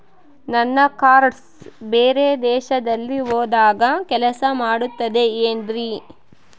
ನನ್ನ ಕಾರ್ಡ್ಸ್ ಬೇರೆ ದೇಶದಲ್ಲಿ ಹೋದಾಗ ಕೆಲಸ ಮಾಡುತ್ತದೆ ಏನ್ರಿ?